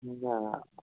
না